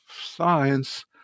science